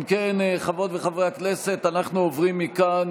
אם כן, חברות וחברי הכנסת, אנחנו עוברים מכאן